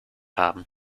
haben